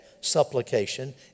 supplication